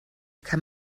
kann